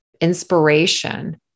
inspiration